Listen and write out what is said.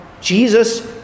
Jesus